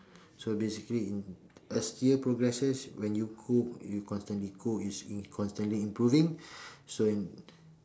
so basically in as year progresses when you cook you constantly cook you s~ constantly improving so in